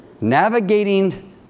Navigating